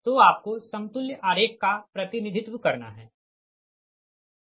तो आपको समतुल्य आरेख का प्रतिनिधित्व करना है ठीक